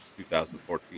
2014